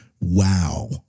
Wow